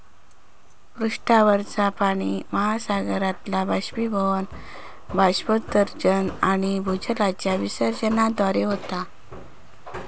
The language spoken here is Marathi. भूपृष्ठावरचा पाणि महासागरातला बाष्पीभवन, बाष्पोत्सर्जन आणि भूजलाच्या विसर्जनाद्वारे होता